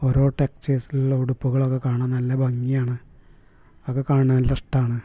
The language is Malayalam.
ഓരോ ടെക്സ്റ്റയിൽസുകളിലെ ഉടുപ്പുകളൊക്കെ കാണാം നല്ല ഭംഗിയാണ് അതൊക്കെ കാണാൻ നല്ല ഇഷ്ടമാണ്